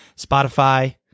Spotify